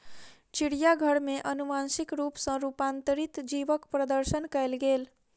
चिड़ियाघर में अनुवांशिक रूप सॅ रूपांतरित जीवक प्रदर्शन कयल गेल